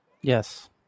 Yes